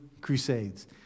crusades